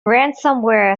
ransomware